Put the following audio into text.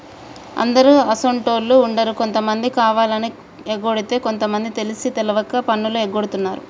అందరు అసోంటోళ్ళు ఉండరు కొంతమంది కావాలని ఎగకొడితే కొంత మంది తెలిసి తెలవక పన్నులు ఎగగొడుతున్నారు